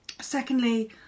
Secondly